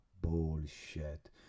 bullshit